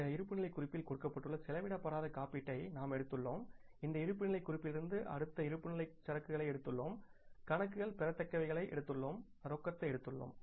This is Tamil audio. இந்த இருப்புநிலைக் குறிப்பில் கொடுக்கப்பட்டுள்ள செலவிடப்படாத காப்பீட்டை நாம் எடுத்துள்ளோம் இந்த இருப்புநிலைக் குறிப்பிலிருந்து அடுத்த இருப்புநிலைக்கு சரக்குகளை எடுத்துள்ளோம் கணக்குகள் பெறத்தக்கவைகளை எடுத்துள்ளோம் ரொக்கத்தை எடுத்துள்ளோம்